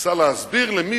ילד, נער, שניסה להסביר למישהו